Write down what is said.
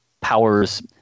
powers